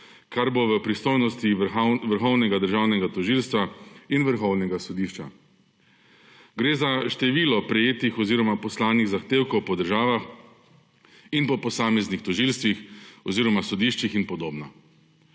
kar bo v pristojnosti vrhovnega državnega tožilstva in vrhovnega sodišča. Gre za število prejetih oziroma poslanih zahtevkov po državah in po posameznih tožilstvih oziroma sodiščih in podobno.